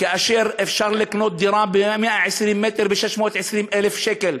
כאשר אפשר לקנות דירה של 120 מטר ב-620,000 שקל.